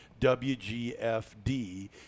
WGFD